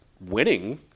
winning